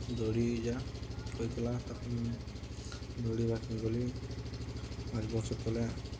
ଦୌଡ଼ିଯାଆ କହି ଗଲା ତା'ପରଦିନ ଦୌଡ଼ିିବାକୁ ଗଲି ପାଞ୍ଚ ବର୍ଷ ତଳେ